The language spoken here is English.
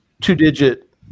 two-digit